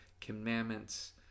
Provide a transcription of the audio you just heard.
commandments